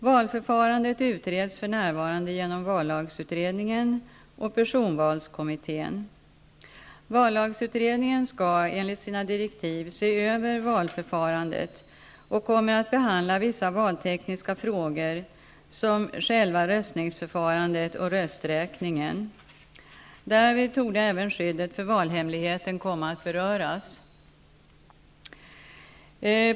Valförfarandet utreds för närvarande genom vallagsutredningen (Ju Vallagsutredningen skall enligt sina direktiv se över valförfarandet och kommer att behandla vissa valtekniska frågor, såsom själva röstningsförfarandet och rösträkningen. Därvid torde även skyddet för valhemligheten komma att beröras.